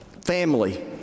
family